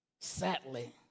sadly